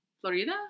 florida